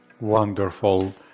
Wonderful